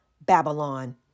Babylon